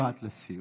משפט לסיום.